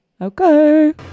Okay